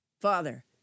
Father